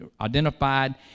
identified